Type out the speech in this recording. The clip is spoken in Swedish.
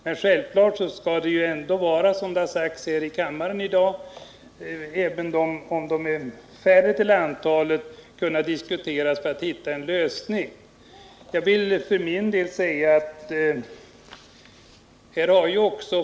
Men självfallet skall det ändå, som sagts här i kammaren i dag, även om de berörda är få till antalet kunna diskuteras hur man skall komma fram till en lösning av problemet.